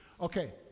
Okay